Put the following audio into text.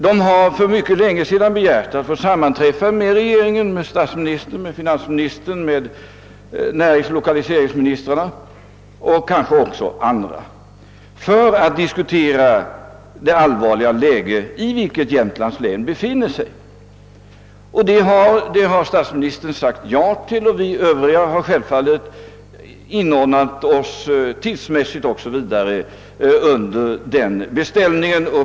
De har för mycket länge sedan begärt att få sammanträffa med regeringen — med statsministern, finansministern, de statsråd som handlägger näringspolitiska och lokaliseringspolitiska frågor och kanske-även andra — för att diskutera det allvarliga läge i vilket Jämtlands län befinner sig. Detta har statsministern sagt ja till och vi andra har självfallet inordnat oss, tidsmässigt m.m., under det beslutet.